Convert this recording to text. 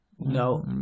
No